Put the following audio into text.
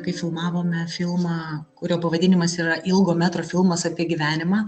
kai filmavome filmą kurio pavadinimas yra ilgo metro filmas apie gyvenimą